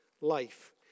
life